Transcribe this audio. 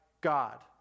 God